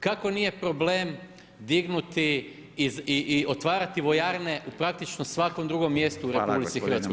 Kako nije problem dignuti i otvarati vojarne u praktično svakom drugom mjestu u RH?